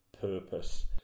purpose